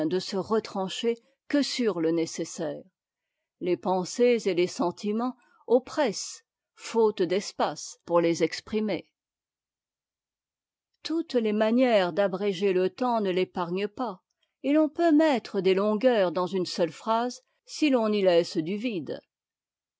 de retrancher que sur le nécessaire les pensées et les sentiments oppressent faute d'espace pour les exprimer toutes les manières d'abréger le temps ne l'épargnent pas et l'on peut mettre des longueurs dans une seule phrase si l'on y laisse du vide